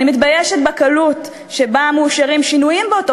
אני מתביישת בקלות שבה מאושרים באותו